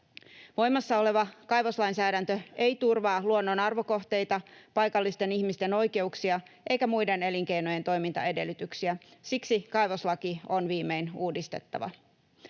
Voimassa oleva kaivoslainsäädäntö ei turvaa luonnon arvokohteita, paikallisten ihmisten oikeuksia eikä muiden elinkeinojen toimintaedellytyksiä — siksi kaivoslaki on viimein uudistettava.